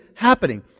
happening